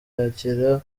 yakira